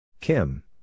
Kim